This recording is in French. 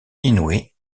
inoue